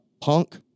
punk